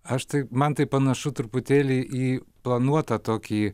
aš taip man tai panašu truputėlį į planuotą tokį